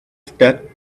start